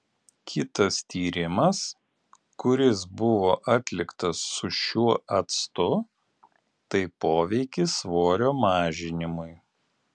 kitas tyrimas kuris buvo atliktas su šiuo actu tai poveikis svorio mažinimui